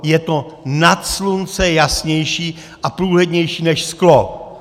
Je to nad slunce jasnější a průhlednější než sklo!